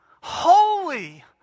Holy